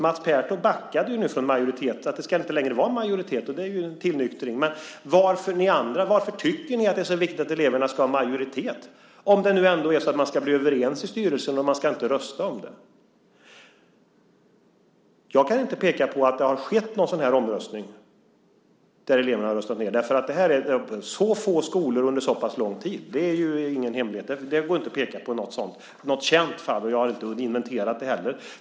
Mats Pertoft backade nu från majoritet - det ska inte längre vara en majoritet. Det är ju en tillnyktring. Men ni andra: Varför tycker ni att det är så viktigt att eleverna ska ha majoritet, om det nu ändå är så att man ska bli överens i styrelsen och man inte ska rösta om något? Jag kan inte peka på att det har skett en sådan här omröstning där eleverna har röstat ned en skolledning, därför att det här finns vid så få skolor under så pass lång tid. Det är ingen hemlighet. Det går inte att peka på något sådant känt fall, och jag har inte heller inventerat det.